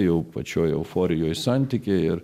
jau pačioj euforijoj santykiai ir